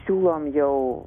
siūlom jau